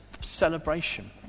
celebration